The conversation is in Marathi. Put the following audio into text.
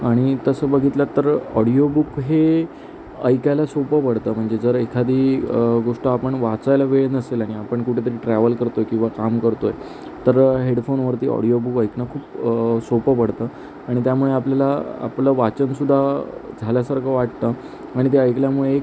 आणि तसं बघितलं तर ऑडियो बुक हे ऐकायला सोपं पडतं म्हणजे जर एखादी गोष्ट आपण वाचायला वेळ नसेल आणि आपण कुठेतरी ट्रॅवल करतो आहे किंवा काम करतो आहे तर हेडफोनवरती ऑडियो बुक ऐकणं खूप सोपं पडतं आणि त्यामुळे आपल्याला आपलं वाचनसुद्धा झाल्यासारखं वाटतं आणि ते ऐकल्यामुळे एक